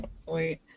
Sweet